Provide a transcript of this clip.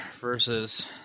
versus